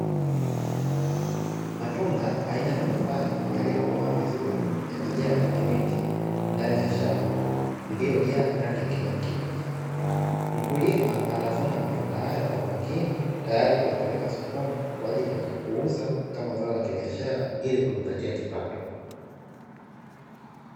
Matunda aina ya mapapai, yaliyokomaa vizuri, yamejaa kwenye miti ndani ya shamba iliyojaa rangi ya kijani kibichi. Mkulima atavuna matunda haya kwa umakini tayari kuyapeleka sokoni kwa ajili ya kuuza kama zao la kibiashara ili kujipatia kipato.